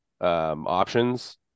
options